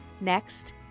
Next